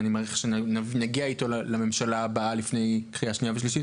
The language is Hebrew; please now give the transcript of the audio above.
ואני מעריך שנגיע איתו לממשלה הבאה לפני הקריאה השנייה והשלישית,